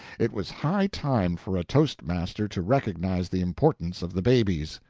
it was high time for a toast-master to recognize the importance of the babies.